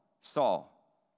Saul